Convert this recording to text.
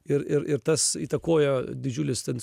ir ir ir tas įtakojo didžiulis ten